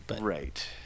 Right